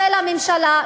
של הממשלה,